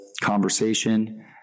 conversation